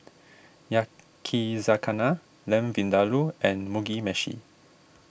Yakizakana Lamb Vindaloo and Mugi Meshi